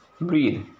breathe